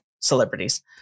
celebrities